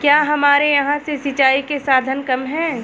क्या हमारे यहाँ से सिंचाई के साधन कम है?